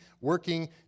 working